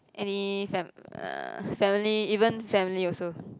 any fam~ uh family even family also